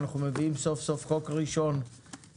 אנחנו מביאים סוף סוף חוק ראשון להצבעות,